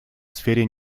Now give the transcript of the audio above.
сфере